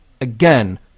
again